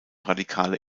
radikale